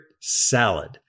salad